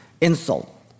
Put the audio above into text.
Insult